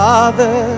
Father